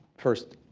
first,